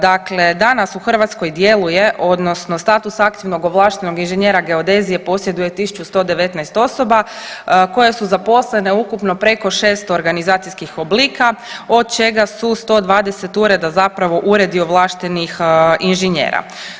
Dakle, danas u Hrvatskoj djeluje odnosno status aktivnog ovlaštenog inženjera geodezije posjeduje 1119 osoba koje su zaposlene u ukupno preko 600 organizacijskih oblika od čega su 120 ureda zapravo uredi ovlaštenih inženjera.